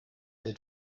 den